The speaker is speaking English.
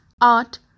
art